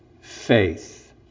faith